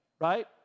right